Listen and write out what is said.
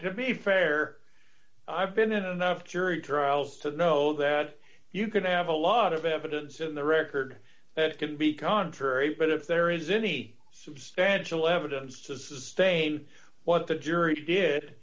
to be fair i've been enough jury trials to know that you could have a lot of evidence in the record but it can be contrary but if there is any substantial evidence to sustain what the jury did